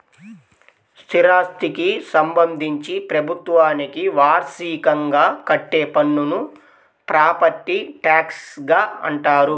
స్థిరాస్థికి సంబంధించి ప్రభుత్వానికి వార్షికంగా కట్టే పన్నును ప్రాపర్టీ ట్యాక్స్గా అంటారు